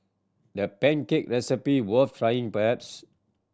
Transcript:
that pancake recipe worth trying perhaps